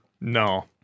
No